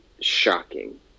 shocking